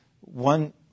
one